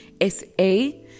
S-A